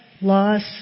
loss